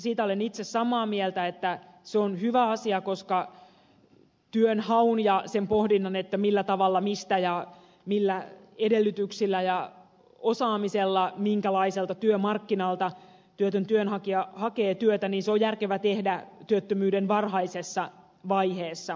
siitä olen itse samaa mieltä että se on hyvä asia koska työnhaun ja sen pohdinnan kannalta millä tavalla mistä ja millä edellytyksillä ja osaamisella minkälaiselta työmarkkinalta työtön työnhakija hakee työtä se on järkevä tehdä työttömyyden varhaisessa vaiheessa